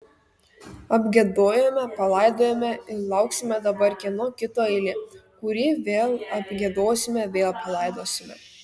apgiedojome palaidojome ir lauksime dabar kieno kito eilė kurį vėl apgiedosime vėl palaidosime